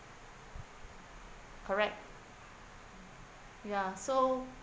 correct ya so